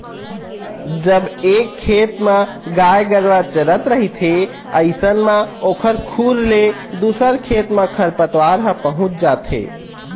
जब एक खेत म गाय गरुवा चरत रहिथे अइसन म ओखर खुर ले दूसर खेत म खरपतवार ह पहुँच जाथे